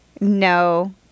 no